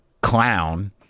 clown